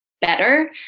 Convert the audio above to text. better